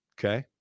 Okay